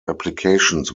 applications